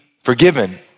forgiven